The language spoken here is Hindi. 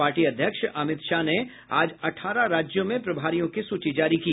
पार्टी अध्यक्ष अमित शाह ने आज अठारह राज्यों में प्रभारियों की सूची जारी की